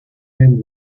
and